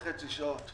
שעות.